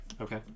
Okay